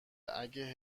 اگه